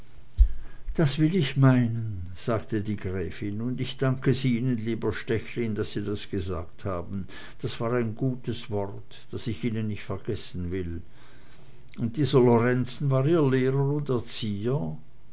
das will ich meinen sagte die gräfin und ich dank es ihnen lieber stechlin daß sie das gesagt haben das war ein gutes wort das ich ihnen nicht vergessen will und dieser lorenzen war ihr lehrer und erzieher